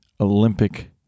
Olympic